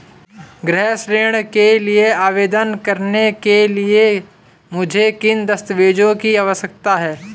गृह ऋण के लिए आवेदन करने के लिए मुझे किन दस्तावेज़ों की आवश्यकता है?